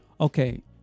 Okay